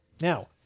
Now